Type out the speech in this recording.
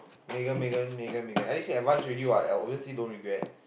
Megan Megan Megan Megan advanced already I obviously don't regret